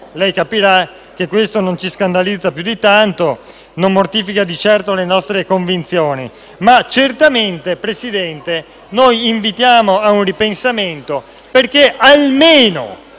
lei capirà che questo non ci scandalizza più di tanto e non mortifica di certo le nostre convinzioni, ma, signor Presidente, certamente noi invitiamo a un ripensamento, perché vi